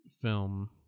film